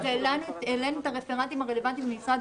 העלינו את הרפרנטים הרלוונטיים ממשרד